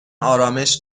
آرامش